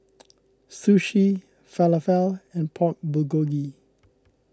Sushi Falafel and Pork Bulgogi